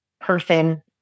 person